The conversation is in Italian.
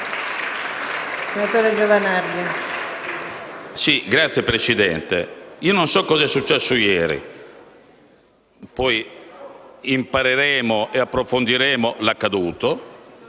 Signora Presidente, non so cosa sia successo ieri. Poi impareremo e approfondiremo l'accaduto.